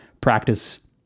practice